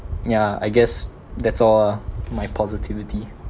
yeah I guess that's all ah my positivity